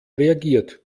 reagiert